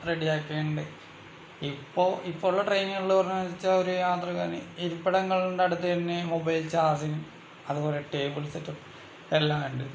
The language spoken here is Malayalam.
റെഡി ആക്കിയിട്ടുണ്ട് ഇപ്പോൾ ഇപ്പോളുളള ട്രെയിനുകളിൽ പറഞ്ഞാച്ചാൽ ഒരു യാത്രക്കാരന് ഇരിപ്പിടങ്ങളുടെ അടുത്ത് തന്നെ മൊബൈൽ ചാർജിംഗ് അതുപോലെ തന്നെ ടേബിൾ സെറ്റ് അപ്പ് എല്ലാം ഉണ്ട്